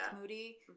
Moody